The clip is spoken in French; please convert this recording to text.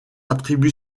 attribue